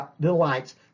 delights